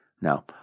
Now